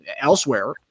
elsewhere